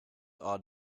are